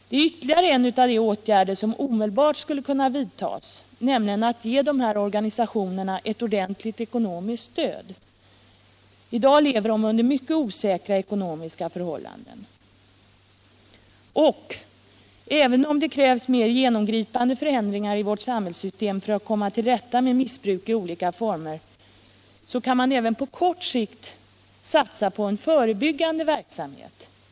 Det är ytterligare en av de åtgärder som omedelbart skulle kunna vidtas, nämligen att ge dessa organisationer ett ordentligt ekonomiskt stöd. I dag lever de under mycket osäkra ekonomiska förhållanden. Och även om det krävs mer genomgripande förändringar i vårt samhällssystem för att komma till rätta med missbruk i olika former, så kan man också på kort sikt satsa på en förebyggande verksamhet.